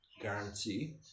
guarantee